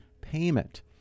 payment